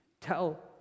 tell